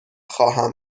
خواهم